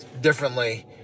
differently